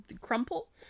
crumple